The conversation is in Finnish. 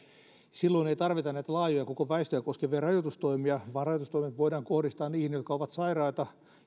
silloin ei tarvita näitä laajoja koko väestöä koskevia rajoitustoimia vaan rajoitustoimet voidaan kohdistaa niihin jotka ovat sairaita